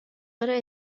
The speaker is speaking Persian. داره